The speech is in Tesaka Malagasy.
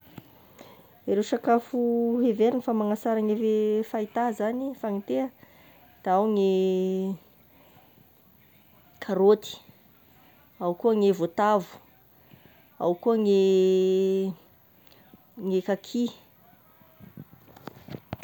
Ireo sakafo heverigna fa magnatsara ny fahitagna zagny fagnitea, da ao ny karaoty, ao koa ny voatavo, ao koa ny ny kaky.